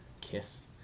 Kiss